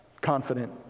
Confident